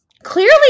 Clearly